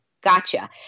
Gotcha